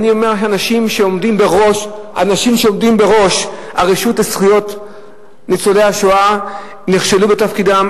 אנשים שעומדים בראש הרשות לזכויות ניצולי השואה נכשלו בתפקידם.